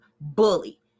bully